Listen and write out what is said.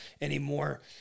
anymore